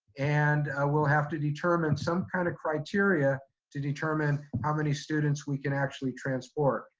and we'll have to determine some kind of criteria to determine how many students we can actually transport.